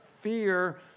fear